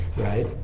right